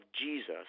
Jesus